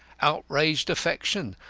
outraged affection,